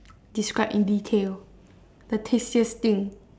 describe in detail the tastiest thing